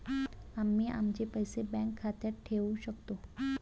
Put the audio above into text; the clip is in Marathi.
आम्ही आमचे पैसे बँक खात्यात ठेवू शकतो